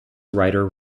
ryder